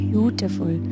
Beautiful